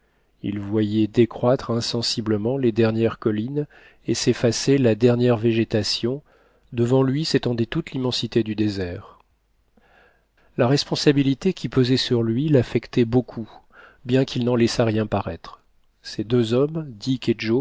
il voyait décroître insensiblement les dernières collines et s'effacer la dernière végétation devant lui s'étendait toute l'immensité du désert la responsabilité qui pesait sur lui l'affectait beaucoup bien qu'il n'en laissât rien paraître ces deux hommes dick